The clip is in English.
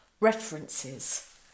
references